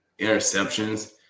interceptions